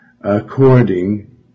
According